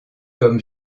comme